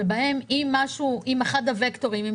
שעל פיהן בוחנים מה המצב.